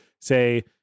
say